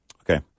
Okay